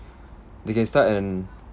they can start an